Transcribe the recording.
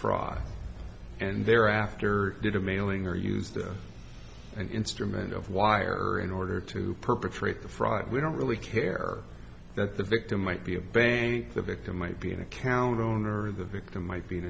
defraud and thereafter did a mailing or used an instrument of wire in order to perpetrate the fraud we don't really care that the victim might be a bank the victim might be an account owner or the victim might be